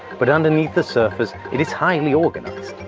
but underneath the surface it is highly organized.